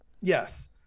Yes